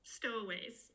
stowaways